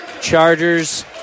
Chargers